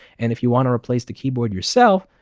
and if you want to replace the keyboard yourself,